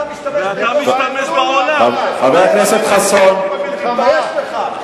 אתה משתמש בגולדסטון, תתבייש לך.